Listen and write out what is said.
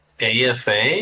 AFA